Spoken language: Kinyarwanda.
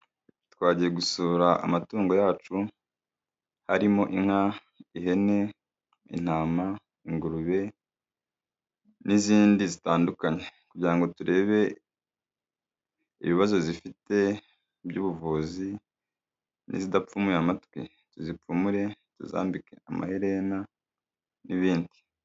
Twagiye gusura amatungo yacu, harimo inka, ihene, intama, ingurube n'izindi zitandukanye, kugira ngo turebe ibibazo zifite by'ubuvuzi n'izidapfumuye amatwi tuzipfumure, tuzambike amaherena n'ibindi.